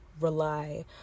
rely